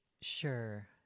Sure